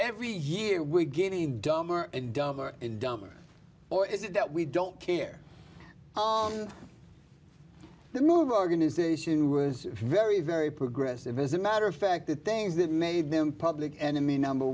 every year we're getting dumber and dumber and dumber or is it that we don't care the move organization was very very progressivism matter of fact the things that made them public enemy number